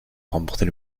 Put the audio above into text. remporter